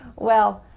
well,